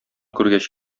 күргәч